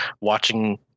watching